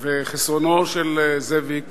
של זאביק